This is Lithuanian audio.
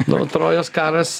nu trojos karas